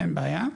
אין בעיה.